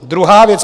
Druhá věc.